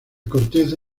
corteza